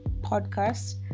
podcast